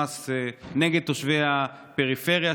המס נגד תושבי הפריפריה,